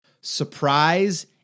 Surprise